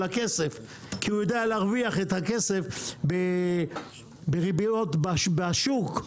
על הכסף כי הוא יודע להרוויח את הכסף בריביות מהשוק,